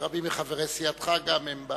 רבים מחברי סיעתך הם גם